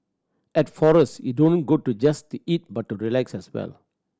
at Forest you don't go to just to eat but to relax as well